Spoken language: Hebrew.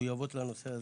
שמחויבות לנושא זה.